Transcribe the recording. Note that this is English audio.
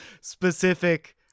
specific